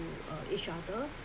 to uh each other